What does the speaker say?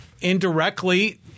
indirectly